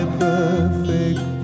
perfect